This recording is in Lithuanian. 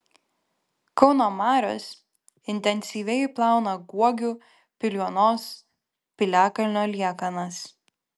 kauno marios intensyviai plauna guogių piliuonos piliakalnio liekanas